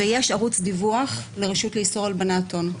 ויש ערוץ דיווח לרשות לאיסור הלבנת הון.